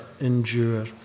endure